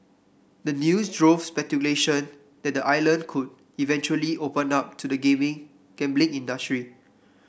the news drove speculation that the island could eventually open up to the gambling gambling industry